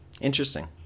Interesting